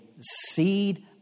seed